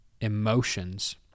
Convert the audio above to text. emotions